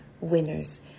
winners